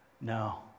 No